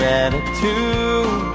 attitude